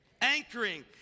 anchoring